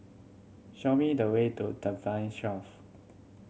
show me the way to Tampine